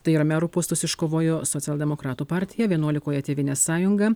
tai yra merų postus iškovojo socialdemokratų partija vienuolikoje tėvynės sąjunga